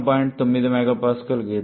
9 MPa Gita